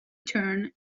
turn